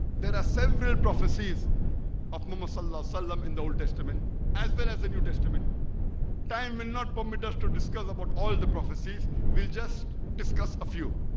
there are several prophecies of muscle loss solemn in the old testament as well as the new testament time will not permit us to discuss about all the prophecies. we'll just discuss a few